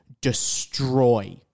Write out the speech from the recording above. destroy